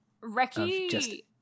Recky